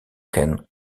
ken